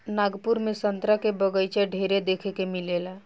नागपुर में संतरा के बगाइचा ढेरे देखे के मिलेला